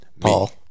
paul